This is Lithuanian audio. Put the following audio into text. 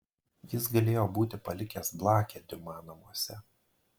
jis galėjo būti palikęs blakę diuma namuose